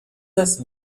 است